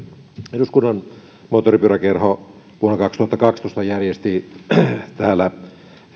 eduskunnan moottoripyöräkerho vuonna kaksituhattakaksitoista järjesti täällä